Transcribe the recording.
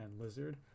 Lizard